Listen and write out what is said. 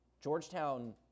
Georgetown